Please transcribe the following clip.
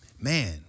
man